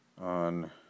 on